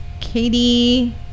Katie